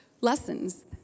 Lessons